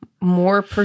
more